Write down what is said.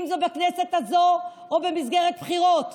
אם בכנסת הזו או במסגרת בחירות.